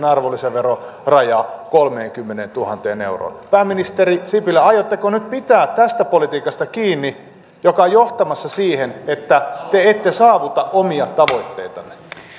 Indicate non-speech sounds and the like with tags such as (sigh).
(unintelligible) arvonlisäveron raja kolmeenkymmeneentuhanteen euroon pääministeri sipilä aiotteko nyt pitää tästä politiikasta kiinni joka on johtamassa siihen että te ette saavuta omia tavoitteitanne